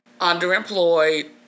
underemployed